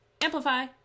amplify